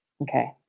Okay